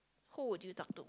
who would you talk to